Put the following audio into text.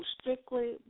strictly